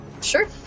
Sure